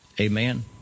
Amen